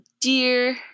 dear